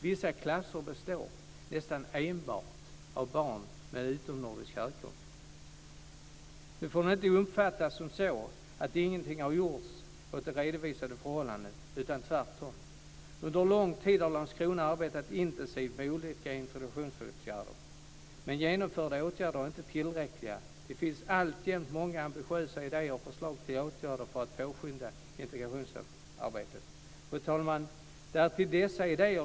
Vissa klasser består nästan enbart av barn med utomnordisk härkomst. Det får inte uppfattas som så att ingenting har gjorts åt de redovisade förhållandena, tvärtom. Under lång tid har Landskrona arbetat intensivt med olika introduktionsåtgärder, men genomförda åtgärder är inte tillräckliga. Det finns alltjämt många ambitiösa idéer och förslag till åtgärder för att påskynda integrationsarbetet. Fru talman!